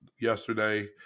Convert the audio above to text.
yesterday